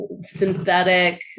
synthetic